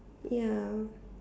ya